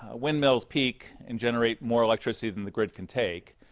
ah windmills peak and generate more electricity than the grid can take,